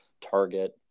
Target